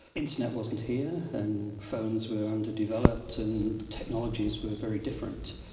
internet wasn't here and phones were underdeveloped and technologies were very different.